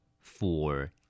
Four